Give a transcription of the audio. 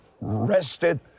rested